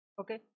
okay